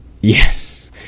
Yes